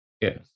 Yes